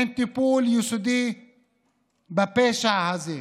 אין טיפול יסודי בפשע הזה.